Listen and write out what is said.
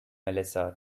melissa